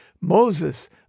Moses